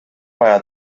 para